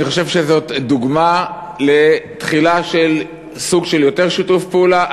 אני חושב שזאת דוגמה לתחילה של סוג של יותר שיתוף פעולה.